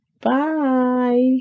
Bye